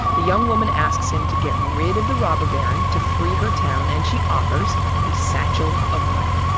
the young woman asks him to get rid of the robber baron, to free her town, and she offers a satchel of money.